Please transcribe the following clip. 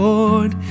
Lord